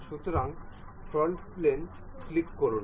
সুতরাং front plane click করুন